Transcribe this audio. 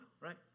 right